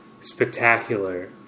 spectacular